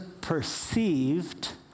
perceived